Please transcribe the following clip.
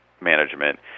management